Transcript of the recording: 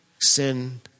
sin